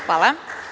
Hvala.